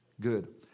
Good